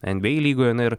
nba lygoje na ir